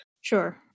Sure